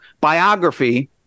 biography